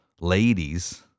ladies